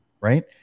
right